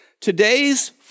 Today's